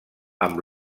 amb